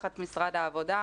תחת משרד העבודה,